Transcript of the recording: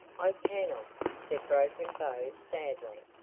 i cannot, said broken bow sadly.